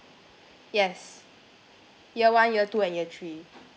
yes year one year two and year three